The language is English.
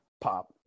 pop